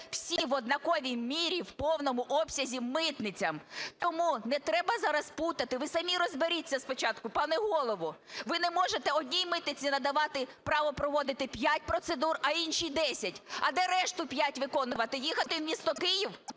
всі в однаковій мірі в повному обсязі митницям. Тому не треба зараз плутати, ви самі розберіться спочатку, пане Голово. Ви не можете одній митниці надавати право проводити п'ять процедур, а іншій десять. А де решту п'ять виконувати? Їхати в місто Київ